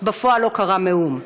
אך בפועל לא קרה מאום.